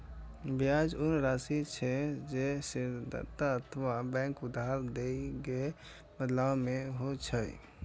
ब्याज ऊ राशि छियै, जे ऋणदाता अथवा बैंक उधार दए के बदला मे ओसूलै छै